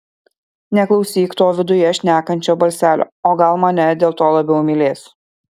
neklausyk to viduje šnekančio balselio o gal mane dėl to labiau mylės